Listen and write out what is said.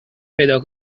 پیدا